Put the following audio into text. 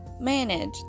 manage